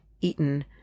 eaten